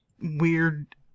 weird